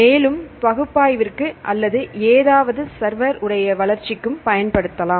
மேலும் பகுப்பாய்விற்கு அல்லது ஏதாவது சர்வர் உடைய வளர்ச்சிக்கும் பயன்படுத்தலாம்